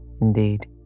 Indeed